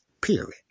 Period